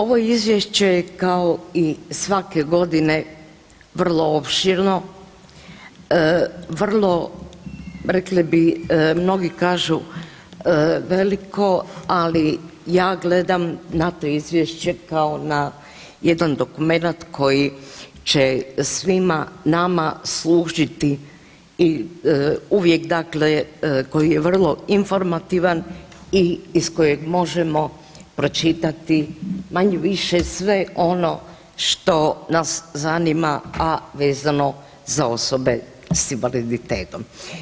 Ovo je izvješće kao i svake godine vrlo opširno, vrlo rekli bi, mnogi kažu veliko ali ja gledam na to izvješće kao na jedan dokumenat koji će svima nama služiti i uvijek dakle koji je vrlo informativan i iz kojeg možemo pročitati manje-više sve ono što nas zanima, a vezano za osobe s invaliditetom.